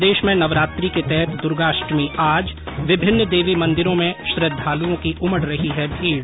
प्रदेश में नवरात्रि के तहत दूर्गाष्टमी आज विभिन्न देवी मंदिरों में श्रद्वालुओं की उमड रही है भीड़